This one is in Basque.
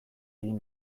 egin